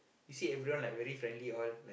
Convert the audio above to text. you see everyone like very friendly all